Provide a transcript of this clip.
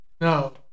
No